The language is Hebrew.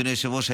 אדוני היושב-ראש,